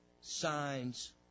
signs